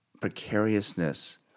precariousness